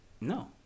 No